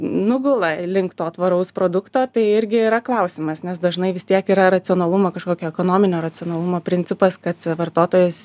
nugula link to tvaraus produkto tai irgi yra klausimas nes dažnai vis tiek yra racionalumo kažkokio ekonominio racionalumo principas kad vartotojas